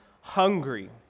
hungry